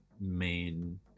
main